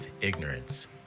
ignorance